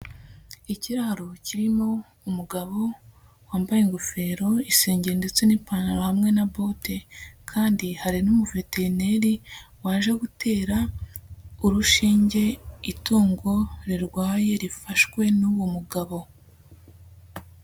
Ikiraro kirimo umugabo wambaye ingofero isengeri ndetse n'ipantaro hamwe na bote, kandi hari n'umuveterineri waje gutera urushinge itungo rirwaye rifashwe n'uwo mugabo.